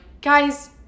guys